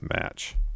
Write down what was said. match